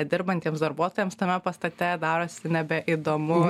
dirbantiems darbuotojams tame pastate darosi nebeįdomu